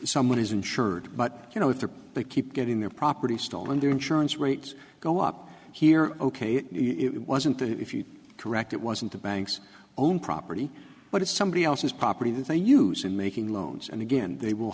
someone is insured but you know if they keep getting their property stolen their insurance rates go up here ok it wasn't if you correct it wasn't the banks own property but it's somebody else's property that they use in making loans and again they will